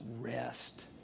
rest